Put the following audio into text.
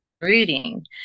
reading